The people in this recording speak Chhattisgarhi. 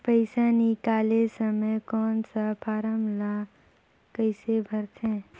पइसा निकाले समय कौन सा फारम ला कइसे भरते?